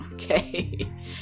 Okay